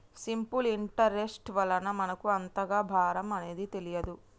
simple interest వలన మనకు అంతగా భారం అనేది తెలియదు